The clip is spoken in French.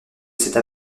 cette